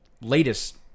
latest